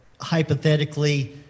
hypothetically